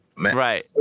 Right